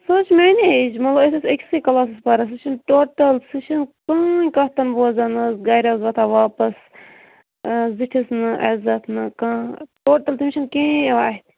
سۄ حظ چھِ میانے ایجہ مطلب أسۍ ٲسۍ أکسے کلاسس پران سۄ چھ نہ ٹوٹل سۄ چھ نہ کٕہٕنۍ کتھ بوزان حظ گَرٕ حظ وۄتھان واپس زِٹھِس نہٕ عزت نہٕ ٹوٹل تٔمس چھُ نہٕ کِہیٖنۍ یوان اتھِ